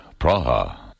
Praha